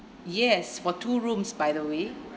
yes for two rooms by the way